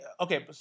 Okay